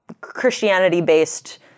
Christianity-based